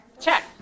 check